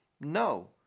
No